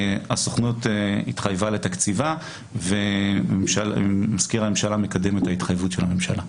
הסוכנות התחייבה לתקציבה ומזכיר הממשלה מקדם את ההתחייבות של הממשלה.